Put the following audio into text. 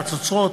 חצוצרות?